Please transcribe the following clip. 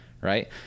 right